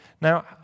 Now